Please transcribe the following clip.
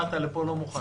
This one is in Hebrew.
באת לפה לא מוכן.